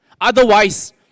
Otherwise